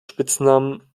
spitznamen